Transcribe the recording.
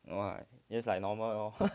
!wah! you just like normal lor